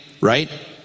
right